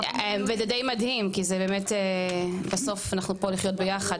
וזה די מדהים כי זה באמת בסוף אנחנו פה לחיות ביחד.